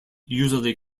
usually